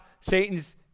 Satan's